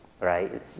right